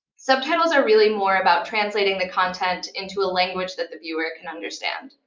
subtitles are really more about translating the content into a language that the viewer can understand.